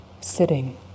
sitting